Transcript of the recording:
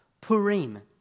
Purim